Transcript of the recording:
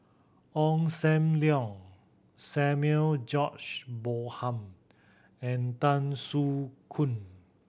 Ong Sam Leong Samuel George Bonham and Tan Soo Khoon